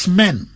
men